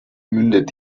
mündet